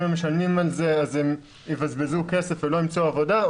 אם הם משלמים על זה אז הם יבזבזו כסף ולא ימצאו עבודה,